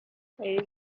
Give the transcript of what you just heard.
ladies